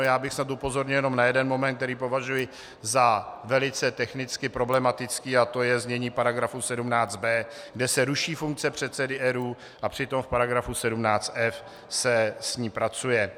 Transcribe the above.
Já bych snad upozornil jenom na jeden moment, který považuji za velice technicky problematický, a to je znění § 17b, kde se ruší funkce předsedy ERÚ, a přitom v § 17f se s ní pracuje.